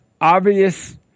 obvious